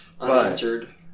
unanswered